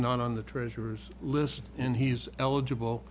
not on the treasurer's list and he's eligible